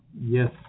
Yes